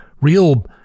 real